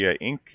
Inc